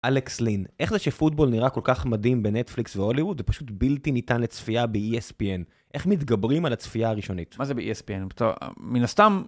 אלכסלין, איך זה שפוטבול נראה כל כך מדהים בנטפליקס והוליווד ופשוט בלתי ניתן לצפייה ב-ESPN? איך מתגברים על הצפייה הראשונית? מה זה ב-ESPN? בטח, מן הסתם...